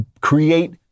create